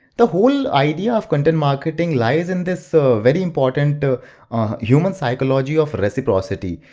the whole idea of content marketing lies in this so very important ah human psychology of reciprocity.